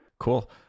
Cool